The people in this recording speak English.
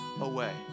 away